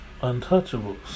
Untouchables